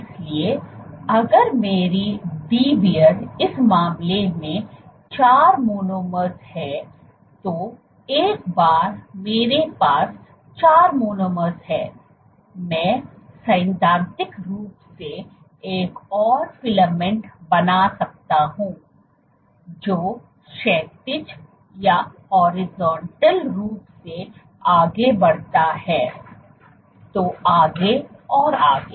इसलिए अगर मेरी डीब्रो इस मामले में 4 मोनोमर्स है तो एक बार मेरे पास 4 मोनोमर्स हैं मैं सैद्धांतिक रूप से एक और फिलामेंट बना सकता हूं जो क्षैतिज रूप से आगे बढ़ता है तो आगे और आगे